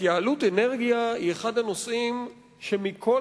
התייעלות אנרגיה היא אחד הנושאים שמכל